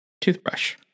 toothbrush